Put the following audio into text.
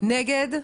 מי נגד?